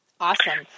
Awesome